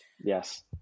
Yes